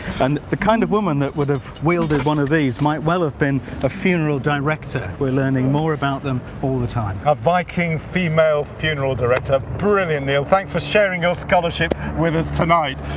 and the kind of woman that would have wielded one of these might well have been a funeral director we're learning more about them all the time. a viking female funeral director brilliant neil thanks for sharing your scholarship with us tonight!